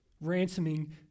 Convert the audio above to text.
ransoming